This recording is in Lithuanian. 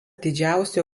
didžiausių